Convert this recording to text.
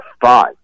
five